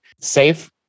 safe